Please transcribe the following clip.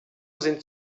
sind